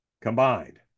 combined